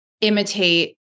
imitate